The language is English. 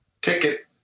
ticket